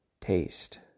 taste